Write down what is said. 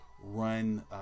run